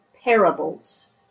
parables